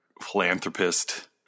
philanthropist